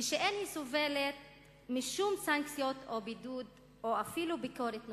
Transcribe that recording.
ושאין היא סובלת משום סנקציות או בידוד או אפילו ביקורת נוקבת,